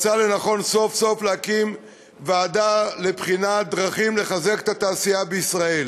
הוא מצא לנכון סוף-סוף להקים ועדה לבחינת דרכים לחזק את התעשייה בישראל.